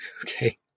Okay